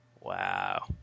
Wow